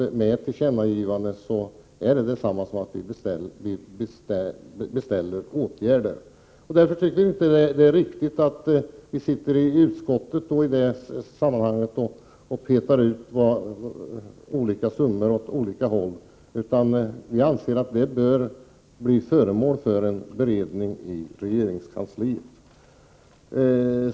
Ett tillkännagivande är detsamma som att vi beställer åtgärder. Därför tycker vi inte att det är riktigt att vi sitter i utskottet och petar ut olika summor åt olika håll, utan vi anser att detta bör bli föremål för en beredning i regeringskansliet.